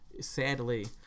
sadly